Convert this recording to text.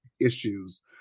issues